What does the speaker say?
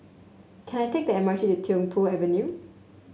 can I take the M R T to Tiong Poh Avenue